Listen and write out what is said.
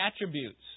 attributes